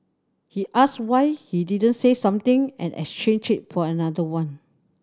he asked why he didn't say something and exchange it for another one